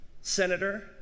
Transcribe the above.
senator